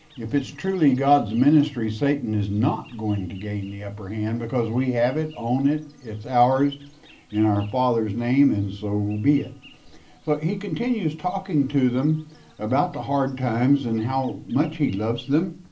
if it's truly god's ministry, satan is not going to gain the upper hand because we have it, own it, it's ours in our father's name and so be it. so but he continues talking to them about the hard times and how much he loves them,